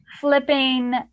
flipping